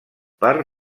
per